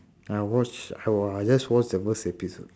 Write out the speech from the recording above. I watched uh I just watch the first episode